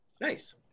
Nice